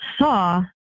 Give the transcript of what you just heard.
saw